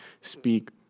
speak